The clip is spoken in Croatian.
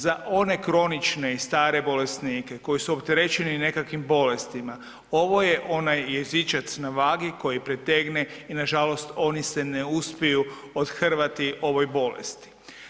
Za one kronične i stare bolesnike koji su opterećeni nekakvim bolestima ovo je onaj jezičac na vagi koji pretegne i nažalost oni se ne uspiju othrvati ovoj bolesti.